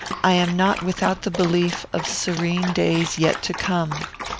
i am not without the belief of serene days yet to come.